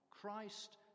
Christ